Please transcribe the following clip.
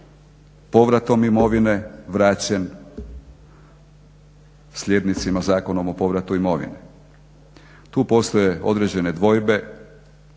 povratom imovine vraćen slijednicima Zakonom o povratu imovine. Tu postoje određene dvojbe,